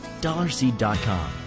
dollarseed.com